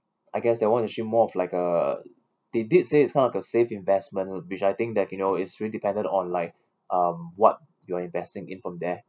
I guess that one actually more of like uh they did say it's kind of a safe investments which I think that you know it's really depended on like um what you're investing in from there